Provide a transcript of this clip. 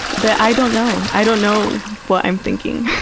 but i don't know. i don't know what i'm thinking.